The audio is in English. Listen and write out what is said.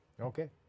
Okay